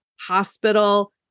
hospital